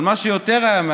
אבל מה שהיה יותר מאכזב,